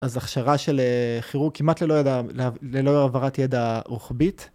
אז הכשרה של כירורג כמעט ללא העברת ידע רוחבית.